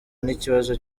n’ikibazo